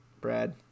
Brad